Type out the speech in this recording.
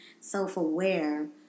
self-aware